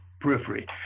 periphery